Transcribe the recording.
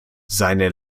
seine